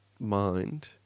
mind